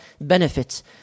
benefits